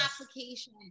application